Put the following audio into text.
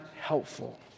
helpful